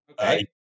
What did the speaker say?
Okay